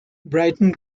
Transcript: brighton